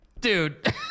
dude